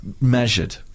measured